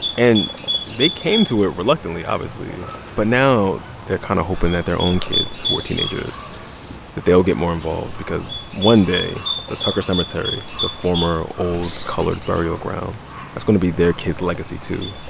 and they came to it reluctantly, obviously, but now they're kind of hoping that their own kids, who are teenagers that they'll get more involved because one day, the tucker cemetery, the former former old colored burial ground that's going to be their kids' legacy, too.